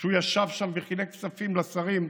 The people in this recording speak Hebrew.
שהוא ישב שם וחילק כספים לשרים,